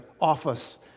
office